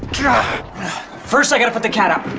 yeah first i gotta put the cat out!